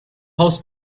house